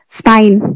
spine